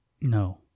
No